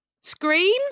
Scream